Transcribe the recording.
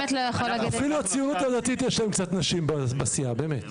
אפילו לציונות לדתית יש קצת נשים בסיעה, באמת.